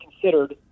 considered